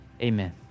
amen